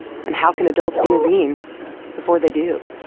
and how can adults intervene before they do?